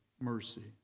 mercy